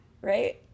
Right